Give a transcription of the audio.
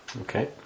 Okay